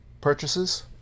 purchases